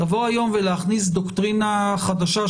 לבוא היום ולהכניס דוקטרינה חדשה,